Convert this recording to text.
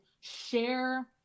share